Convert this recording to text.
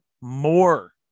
more